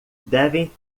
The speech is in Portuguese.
devem